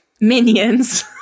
Minions